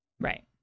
Right